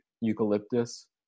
eucalyptus